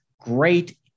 great